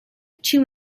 two